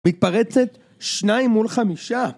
מתפרצת שניים מול חמישה